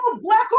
black